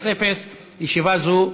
התשע"ו,